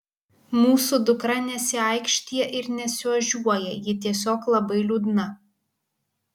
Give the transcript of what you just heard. mūsų dukra nesiaikštija ir nesiožiuoja ji tiesiog labai liūdna